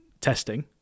testing